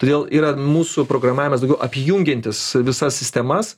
todėl yra mūsų programavimas daugiau apjungiantis visas sistemas